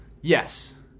yes